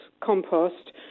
compost